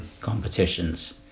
competitions